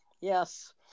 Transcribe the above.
Yes